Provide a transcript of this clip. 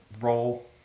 roll